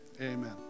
amen